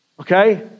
okay